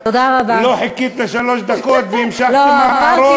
לא חיכית לשלוש דקות והמשכת עם הערות,